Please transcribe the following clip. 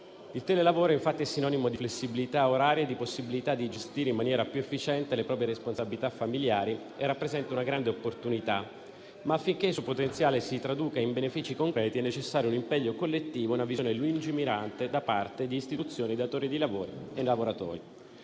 Il telelavoro è infatti sinonimo di flessibilità oraria e di possibilità di gestire in maniera più efficiente le proprie responsabilità familiari, rappresentando una grande opportunità, ma affinché il suo potenziale si traduca in benefici concreti è necessario un impegno collettivo e una visione lungimirante da parte di istituzioni, datori di lavoro e lavoratori.